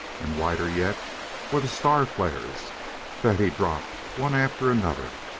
and whiter yet were the star-flares that he dropped one after another.